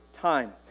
time